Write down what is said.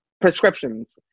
prescriptions